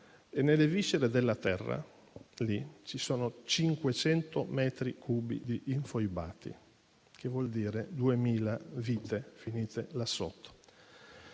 E nelle viscere della terra, lì, ci sono 500 metri cubi di infoibati, che vuol dire 2.000 vite finite là sotto.